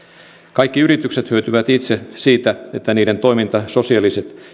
kaikki yritykset hyötyvät itse siitä että niiden toiminnan sosiaaliset